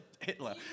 Hitler